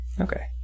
Okay